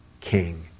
King